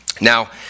Now